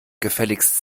gefälligst